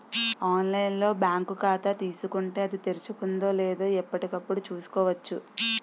online లో bank ఖాతా తీసుకుంటే, అది తెరుచుకుందో లేదో ఎప్పటికప్పుడు చూసుకోవచ్చు